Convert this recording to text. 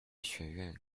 学院